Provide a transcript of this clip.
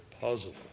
puzzle